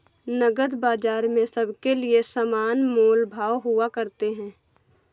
नकद बाजार में सबके लिये समान मोल भाव हुआ करते हैं